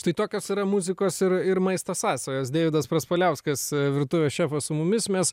štai tokios yra muzikos ir ir maisto sąsajos deividas praspaliauskas virtuvės šefas su mumis mes